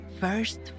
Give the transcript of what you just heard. first